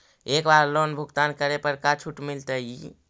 एक बार लोन भुगतान करे पर का छुट मिल तइ?